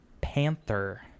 panther